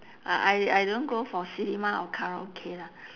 uh I I don't go for cinema or karaoke lah